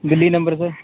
Delhi number sir